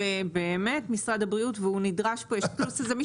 זה באמת משרד הבריאות והוא נדרש פה לזה.